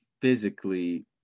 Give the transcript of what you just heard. physically